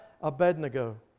Abednego